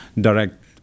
direct